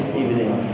evening